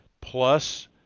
plus